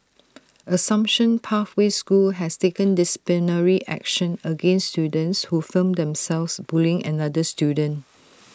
assumption pathway school has taken disciplinary action against students who filmed themselves bullying another student